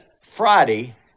Friday